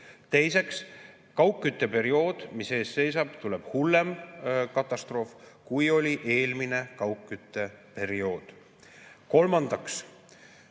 Teiseks, kaugkütteperioodil, mis ees seisab, tuleb hullem katastroof, kui oli eelmisel kaugkütteperioodil. Kolmandaks,